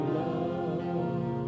love